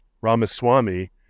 Ramaswamy